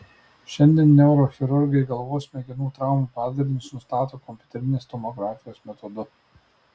šiandien neurochirurgai galvos smegenų traumų padarinius nustato kompiuterinės tomografijos metodu